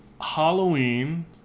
Halloween